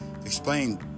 explain